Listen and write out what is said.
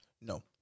No